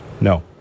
No